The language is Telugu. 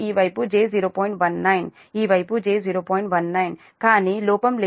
19 కానీ లోపం లేనప్పుడు మొత్తం 0